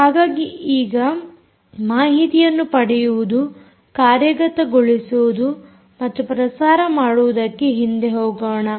ಹಾಗಾಗಿ ಈಗ ಮಾಹಿತಿಯನ್ನು ಪಡೆಯುವುದು ಕಾರ್ಯಗತಗೊಳಿಸುವುದು ಮತ್ತು ಪ್ರಸಾರ ಮಾಡುವುದಕ್ಕೆ ಹಿಂದೆ ಹೋಗೋಣ